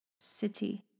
City